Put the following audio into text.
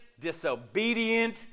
disobedient